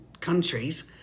countries